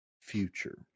future